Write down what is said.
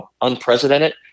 unprecedented